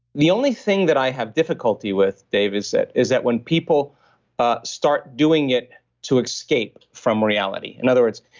the only thing that i have difficulty with david is that is that when people ah start doing it to escape from reality. in other words,